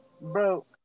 Bro